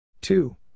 Two